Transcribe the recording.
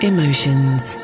Emotions